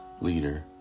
leader